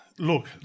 Look